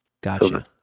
Gotcha